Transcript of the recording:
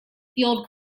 field